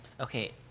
Okay